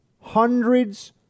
hundreds